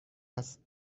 است